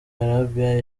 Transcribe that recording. arabia